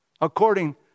according